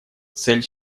цель